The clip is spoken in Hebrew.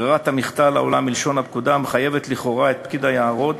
ברירת המחדל העולה מלשון הפקודה מחייבת לכאורה את פקיד היערות